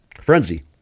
Frenzy